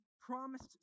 promised